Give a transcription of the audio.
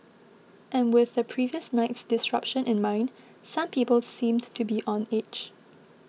and with the previous night's disruption in mind some people seemed to be on edge